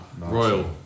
Royal